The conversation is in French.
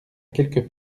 quelques